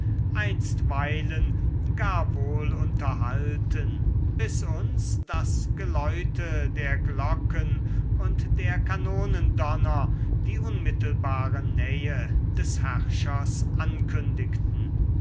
einstweilen gar wohl unterhalten bis uns das geläute der glocken und der kanonendonner die unmittelbare nähe des herrschers ankündigten